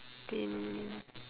been